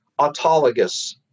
autologous